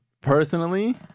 personally